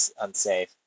unsafe